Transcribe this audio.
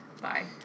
bye